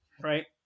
Right